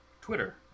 Twitter